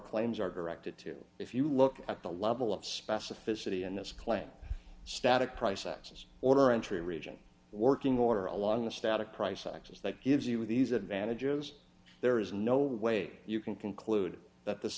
claims are directed to if you look at the level of specificity in this claim static price rises order entry region working order along the static price sections that gives you these advantages there is no way you can conclude that this